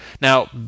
Now